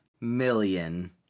million